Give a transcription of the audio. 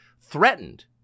threatened